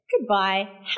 goodbye